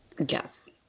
Yes